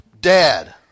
dad